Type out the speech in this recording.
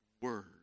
word